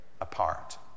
apart